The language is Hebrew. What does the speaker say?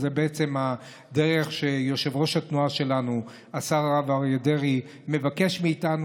זאת בעצם הדרך שבה יושב-ראש התנועה שלנו השר הרב אריה דרעי מבקש מאיתנו,